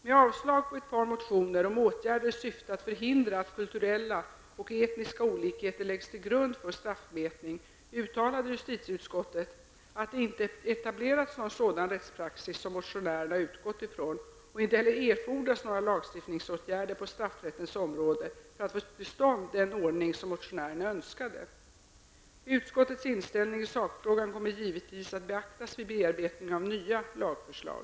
Med avslag på ett par motioner om åtgärder i syfte att förhindra att kulturella och etniska olikheter läggs till grund för straffmätning, uttalade justitieutskottet att det inte etablerats någon sådan rättspraxis som motionärerna utgått från och inte heller erfordras några lagstiftningsåtgärder på straffrättens område för att få till stånd den ordning som motionärerna önskade . Utskottets inställning i sakfrågan kommer givetvis att beaktas vid beredningen av nya lagförslag.